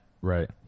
right